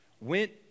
went